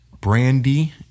Brandy